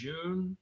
June